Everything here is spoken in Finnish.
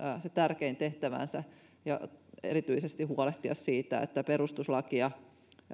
se tärkein tehtävänsä ja erityisesti huolehtia siitä että perustuslakia